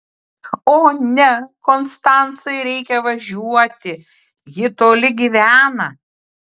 o ne konstancai reikia važiuoti ji toli gyvena